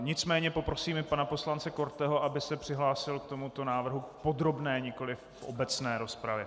Nicméně poprosím i pana poslance Korteho, aby se přihlásil k tomuto návrhu v podrobné, nikoliv v obecné rozpravě.